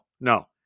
no